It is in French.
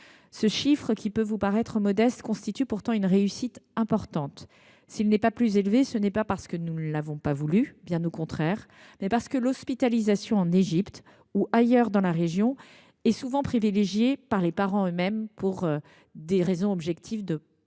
Ce chiffre, qui peut vous paraître modeste, constitue pourtant une réussite importante. S’il n’est pas plus élevé, ce n’est pas parce que nous l’avons voulu – bien au contraire –, mais parce que l’hospitalisation en Égypte, ou ailleurs dans la région, est souvent privilégiée par les parents eux mêmes, pour des raisons objectives de proximité.